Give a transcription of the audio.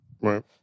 Right